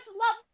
love